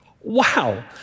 Wow